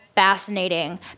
fascinating